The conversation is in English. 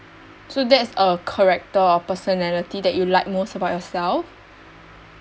so that is a character or personality that you like most about yourself